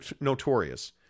notorious